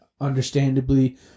understandably